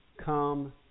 come